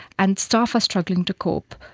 and staff are struggling to cope.